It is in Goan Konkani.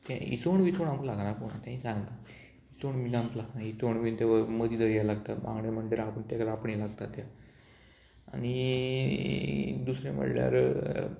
तें इस्वण विस्वण आमकां लागना पूण कोण तेंय सांगना इसोण बीन आमकां लागना इसोण बीन ते मदीं दर्या लागता बांगडे म्हणटा ते रांपणी लागता त्या आनी दुसरें म्हणल्यार